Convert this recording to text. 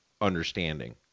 understanding